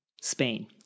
Spain